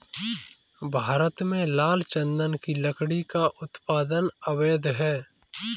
भारत में लाल चंदन की लकड़ी का उत्पादन अवैध है